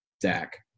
Dak